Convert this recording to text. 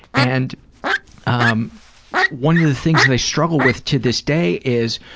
and um one of the things i struggle with to this day is,